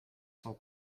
son